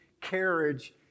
carriage